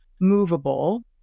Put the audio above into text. movable